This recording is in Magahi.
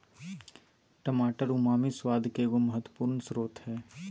टमाटर उमामी स्वाद के एगो महत्वपूर्ण स्रोत हइ